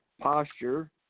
posture